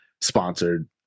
sponsored